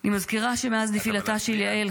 אני מזכירה שמאז נפילתה של יעל,